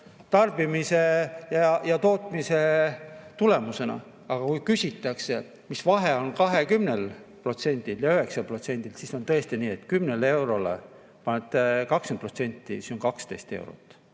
tarbimise ja tootmise tulemusena, aga kui küsitakse, mis vahe on 20%-l ja 9%-l, siis on tõesti nii, et kui 10 eurole panete [juurde] 20%, siis see on 12 eurot.